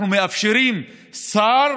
אנחנו מאפשרים שר